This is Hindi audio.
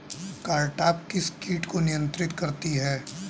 कारटाप किस किट को नियंत्रित करती है?